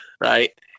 right